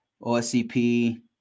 OSCP